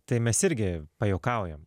tai mes irgi pajuokaujam